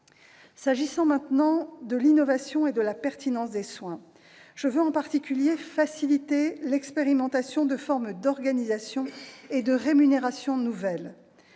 S'agissant maintenant de l'innovation et de la pertinence des soins, je veux en particulier faciliter l'expérimentation de formes nouvelles d'organisation et de rémunération. Elles